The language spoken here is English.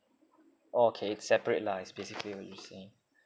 okay it's separate lah it's basically what you're saying